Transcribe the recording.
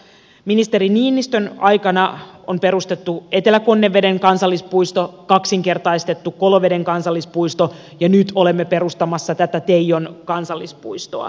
ministeri niinistön aikana on perustettu etelä konneveden kansallispuisto kaksinkertaistettu koloveden kansallispuisto ja nyt olemme perustamassa tätä teijon kansallispuistoa